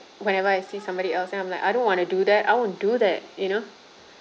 whenever I see somebody else then I'm like I don't want to do that I won't do that you know